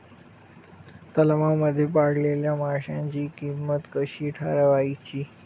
तलावांमध्ये पाळलेल्या माशांची किंमत कशी ठरवायची?